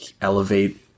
elevate